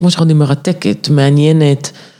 ‫מושך אני מרתקת, מעניינת.